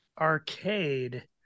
Arcade